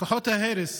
כוחות ההרס